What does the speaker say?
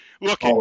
look